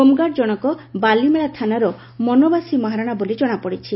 home guard ଜଣଙ୍କ ବାଲିମେଳା ଥାନାର ମନବାସୀ ମହାରଶା ବୋଲି କଶାପଡିଛି